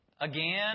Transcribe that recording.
Again